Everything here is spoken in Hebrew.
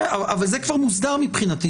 אבל זה כבר מוסדר מבחינתי.